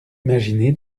imaginé